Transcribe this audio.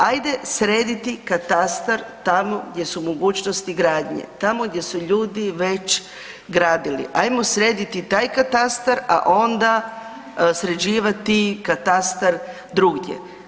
Ajde srediti katastar tamo gdje su mogućnosti gradnje, tamo gdje su ljudi već gradili, ajmo srediti taj katastar, a onda sređivati katastar drugdje.